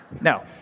No